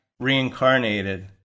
Reincarnated